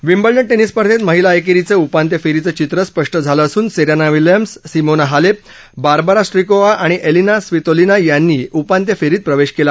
Wimbledon tennis स्पर्धेत महिला एकेरीचं उपांत्य फेरीचं चित्र स्पष्ट झालं असून Serena Williams Simona Halep Barbora Strycova आणि एलिना स्वितोलिना यांनी उपांत्य फेरीत प्रवेश केला आहे